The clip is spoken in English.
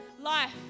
Life